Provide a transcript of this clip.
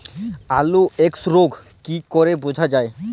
আলুর এক্সরোগ কি করে বোঝা যায়?